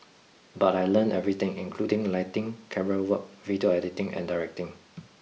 but I learnt everything including lighting camerawork video editing and directing